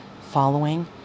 following